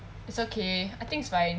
it's okay I think it's fine